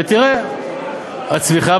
ותראה: הצמיחה,